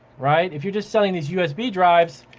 right. if you're just selling these usb drives,